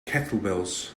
kettlebells